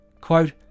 Quote